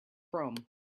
chrome